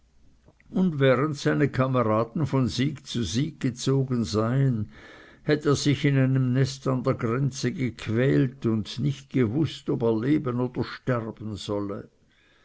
und während seine kameraden von sieg zu sieg gezogen seien hätt er sich in einem nest an der grenze hingequält und nicht gewußt ob er leben oder sterben solle